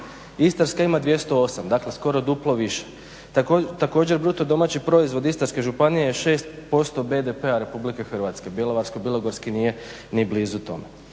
Istarska ima 208 dakle skoro duplo više. Također bruto domaći proizvod Istarske županije je 6% BDP-a RH, Bjelovarsko-bilogorska nije ni blizu tome.